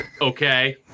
okay